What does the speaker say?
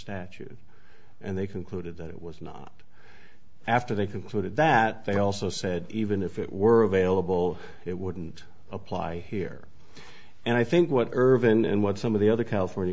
statute and they concluded that it was not after they concluded that they also said even if it were available it wouldn't apply here and i think what irvin and what some of the other california